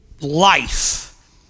life